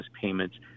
payments